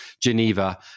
Geneva